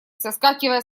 соскакивая